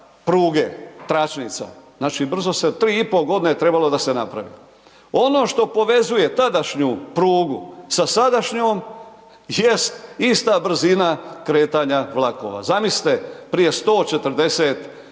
pruge, tračnica, znači brzo se, 3,5 godine je trebalo da se napravi. Ono što povezuje tadašnju prugu sa sadašnjoj jest ista brzina kretanja vlakova. Zamislite, prije 148